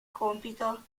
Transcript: compito